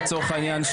לצורך העניין,